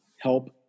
help